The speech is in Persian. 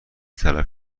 طلب